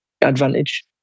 advantage